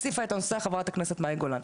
הציפה את הנושא חברת הכנסת מאי גולן.